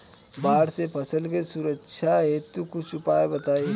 बाढ़ से फसल के सुरक्षा हेतु कुछ उपाय बताई?